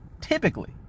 typically